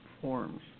forms